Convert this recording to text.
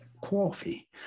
coffee